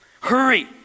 hurry